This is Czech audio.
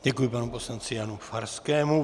Děkuji, panu poslanci Janu Farskému.